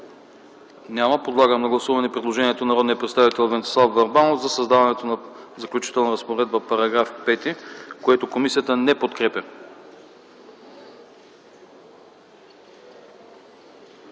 Няма. Подлагам на гласуване предложението на народния представител Венцислав Върбанов за създаването на заключителна разпоредба -§ 5, което комисията не подкрепя.